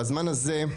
בזמן הזה,